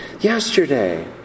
Yesterday